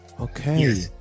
Okay